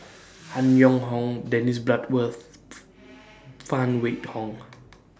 Han Yong Hong Dennis Bloodworth Phan Wait Hong